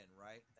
right